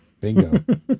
Bingo